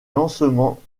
lancement